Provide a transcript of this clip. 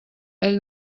ell